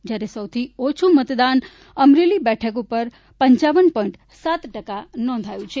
જ્યારે સૌથી ઓછું મતદાન અમરેલી બેઠક ઉપર પપ પોઇન્ટનું સાત ટકા નોંધાયું છે